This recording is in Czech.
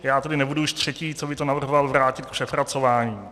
Já tedy nebudu už třetí, co by to navrhoval vrátit k přepracování.